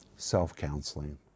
self-counseling